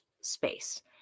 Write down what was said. space